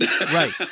right